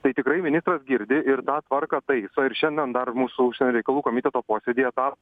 tai tikrai ministras girdi ir tą tvarką taiso ir šiandien dar mūsų užsienio reikalų komiteto posėdyje tą